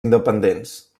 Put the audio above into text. independents